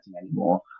anymore